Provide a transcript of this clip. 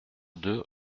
deux